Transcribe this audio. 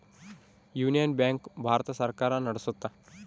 union bank Bharat ಸರ್ಕಾರ ನಡ್ಸುತ್ತ